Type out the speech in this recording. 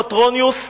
פטרוניוס,